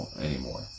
anymore